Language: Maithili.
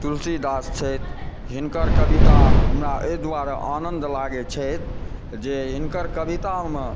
तुलसीदास छथि हिनकर कविता हमरा एहि दुआरे आनन्द लगैत छथि जे हिनकर कवितामे